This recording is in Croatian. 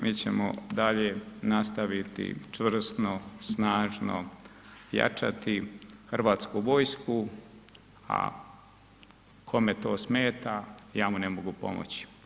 Mi ćemo dalje nastaviti čvrsto, snažno jačati Hrvatsku vojsku a kome to smeta ja mu ne mogu pomoći.